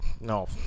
No